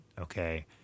okay